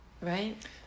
right